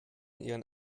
ihren